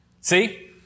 See